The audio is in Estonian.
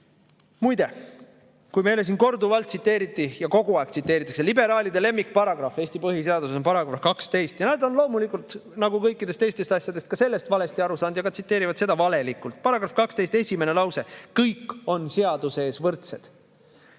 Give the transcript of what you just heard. Muide, meile korduvalt tsiteeriti ja kogu aeg tsiteeritakse liberaalide lemmikparagrahvi Eesti põhiseadusest – see on § 12. Nad on loomulikult, nagu kõikidest teistest asjadest, ka sellest valesti aru saanud ja tsiteerivad seda valelikult. Paragrahvi 12 esimene lause: "Kõik on seaduse ees võrdsed."